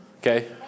Okay